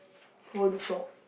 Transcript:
phone shop